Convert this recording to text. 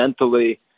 mentally